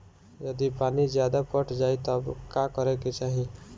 यदि पानी ज्यादा पट जायी तब का करे के चाही?